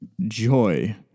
joy